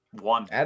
One